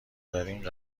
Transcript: دارین